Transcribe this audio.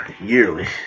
yearly